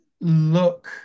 look